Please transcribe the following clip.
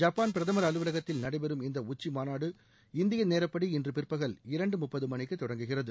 Japan பிரதமர் அலுவலகத்தில் நடைபெறும் இந்த உச்சிமாநாடு இந்திய நேரப்படி இன்று பிற்பகல் இரண்டு முப்பது மணிக்கு தொடங்குகிறது